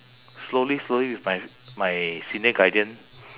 slowly slowly with my my senior guidance